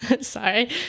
Sorry